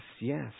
yes